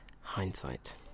Hindsight